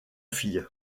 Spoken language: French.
fille